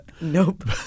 Nope